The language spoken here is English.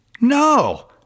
No